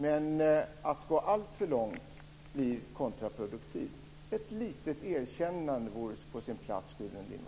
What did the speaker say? Men att gå alltför långt blir kontraproduktivt. Ett litet erkännande vore på sin plats, Gudrun